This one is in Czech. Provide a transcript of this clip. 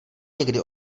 někdy